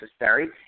necessary